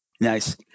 Nice